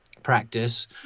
practice